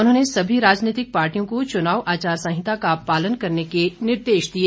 उन्होंने सभी राजनीतिक पार्टियों को चुनाव आचार संहिता का पालन करने के निर्देश दिए